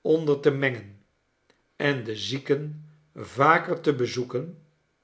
onder te mengen en de zieken vaker te bezoeken